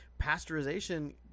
pasteurization